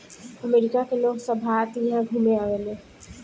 अमरिका के लोग सभ भारत इहा घुमे आवेले